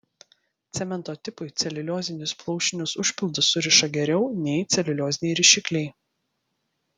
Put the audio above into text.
cemento tipui celiuliozinius plaušinius užpildus suriša geriau nei celiulioziniai rišikliai